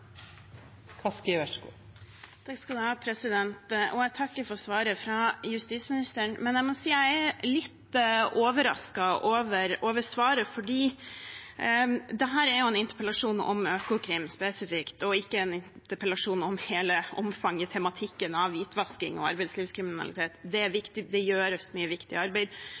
Jeg takker for svaret fra justisministeren. Jeg må si jeg er litt overrasket over svaret, for dette er jo en interpellasjon om Økokrim spesifikt og ikke en interpellasjon om hele omfanget av tematikken rundt hvitvasking og arbeidslivskriminalitet. Det er viktig, og det gjøres mye viktig arbeid